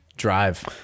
Drive